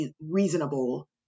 reasonable